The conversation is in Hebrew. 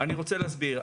אני רוצה להסביר.